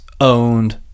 owned